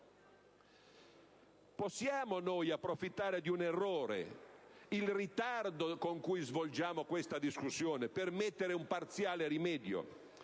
Possiamo approfittare di un errore, il ritardo con cui svolgiamo questa discussione, per porre un parziale rimedio?